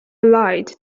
light